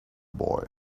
boy